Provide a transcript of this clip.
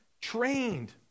trained